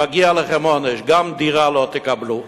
מגיע לכם עונש, גם דירה לא תקבלו.